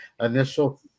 Initial